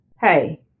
hey